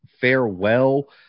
farewell